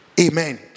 Amen